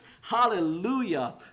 Hallelujah